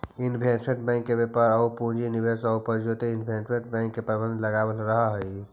investment bank व्यापार आउ पूंजी निवेश आउ प्रायोजित इन्वेस्टमेंट फंड के प्रबंधन में लगल रहऽ हइ